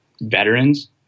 veterans